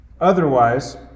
Otherwise